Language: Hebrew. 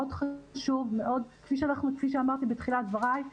כפי שאמרתי בתחילת דבריי,